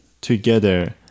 together